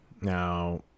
Now